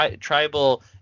tribal